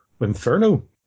Inferno